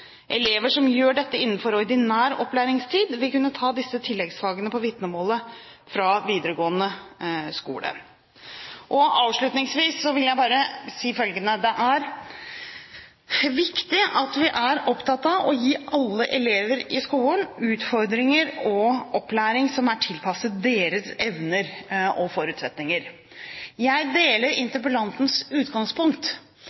Elever som gjør dette innenfor ordinær opplæringstid, vil kunne ha disse tilleggsfagene på vitnemålet fra videregående skole. Avslutningsvis vil jeg bare si følgende: Det er viktig at vi er opptatt av å gi alle elever i skolen utfordringer og opplæring som er tilpasset deres evner og forutsetninger. Jeg deler